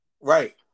Right